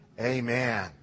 amen